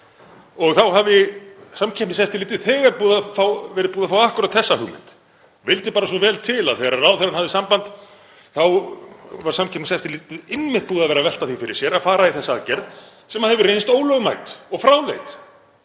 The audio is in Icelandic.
og þá hafi Samkeppniseftirlitið þegar verið búið að fá akkúrat þessa hugmynd; vildi bara svo vel til að þegar ráðherrann hafði samband þá var Samkeppniseftirlitið einmitt búið að vera að velta því fyrir sér að fara í þessa aðgerð sem hefur reynst ólögmæt og fráleit.